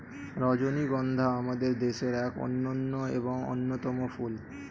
রজনীগন্ধা আমাদের দেশের এক অনন্য এবং অন্যতম ফুল